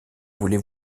voulez